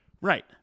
Right